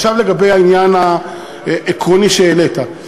לגבי העניין העקרוני שהעלית,